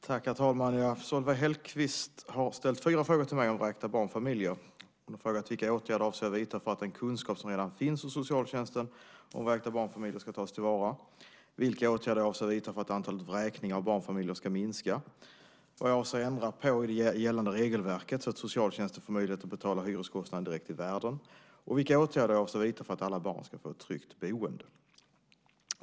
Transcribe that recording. Herr talman! Solveig Hellquist har ställt fyra frågor till mig om vräkta barnfamiljer. 1. Vilka åtgärder avser jag att vidta för att den kunskap som redan finns hos socialtjänsten om vräkta barnfamiljer ska tas till vara? 2. Vilka åtgärder avser jag att vidta för att antalet vräkningar av barnfamiljer ska minska? 3. Avser jag att ändra på det gällande regelverket så att socialtjänsten får möjlighet att betala hyreskostnaden direkt till värden? 4. Vilka åtgärder avser jag att vidta för att alla barn ska få ett tryggt boende?